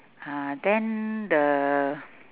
uh then the